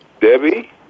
Debbie